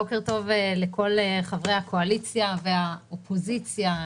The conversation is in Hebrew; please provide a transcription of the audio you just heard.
בוקר טוב לכל חברי הקואליציה והאופוזיציה.